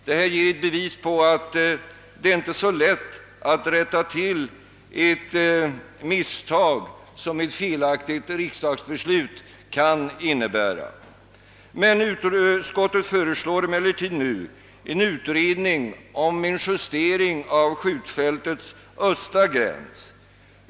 Detta är ett bevis på att det inte är lätt att rätta till ett misstag som ett felaktigt riksdagsbeslut innebär. Utskottet föreslår emellertid nu en utredning om möjligheterna till justering av skjutfältets östra gräns.